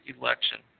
election